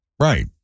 Right